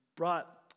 brought